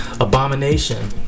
abomination